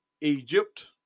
Egypt